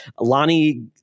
Lonnie